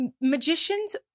magicians